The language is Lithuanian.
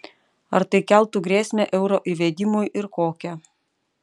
ar tai keltų grėsmę euro įvedimui ir kokią